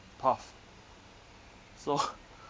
path so